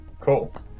cool